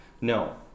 No